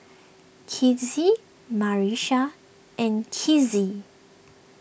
Kizzie Marsha and Kizzie